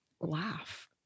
laugh